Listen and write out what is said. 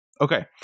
Okay